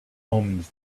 omens